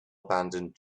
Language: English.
abandoned